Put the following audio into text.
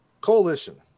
Coalition